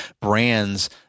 brands